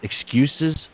Excuses